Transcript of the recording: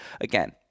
again